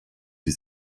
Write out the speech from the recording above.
sie